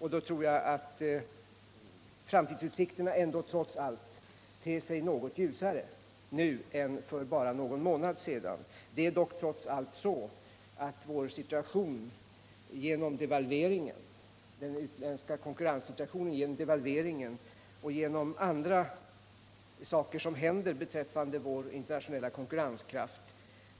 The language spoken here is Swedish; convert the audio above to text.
Gör de det, tror jag att framtidsutsikterna kommer att te sig något ljusare nu än för någon månad sedan. Genom den utländska konkurrenssituationen, devalveringen och andra saker som påverkar vår internationella konkurrenskraft